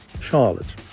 charlotte